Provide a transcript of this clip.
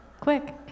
Quick